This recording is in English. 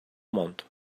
month